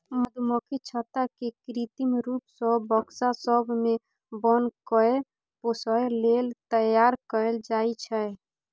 मधुमक्खी छत्ता केँ कृत्रिम रुप सँ बक्सा सब मे बन्न कए पोसय लेल तैयार कयल जाइ छै